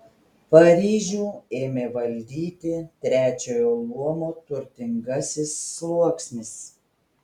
paryžių ėmė valdyti trečiojo luomo turtingasis sluoksnis